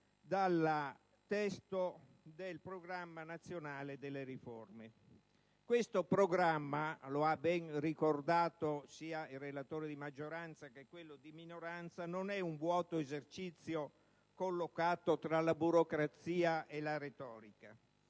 dal testo del Programma nazionale di riforma. Questo programma, come hanno ben ricordato sia il relatore di maggioranza che quello di minoranza, non è un vuoto esercizio collocato tra la burocrazia e la retorica.